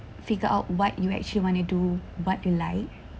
figure out what you actually want to do about your life